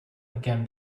again